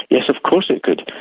yes, of course it could.